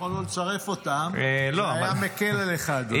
יכולנו לצרף אותן, וזה היה מקל עליך, אדוני.